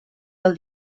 del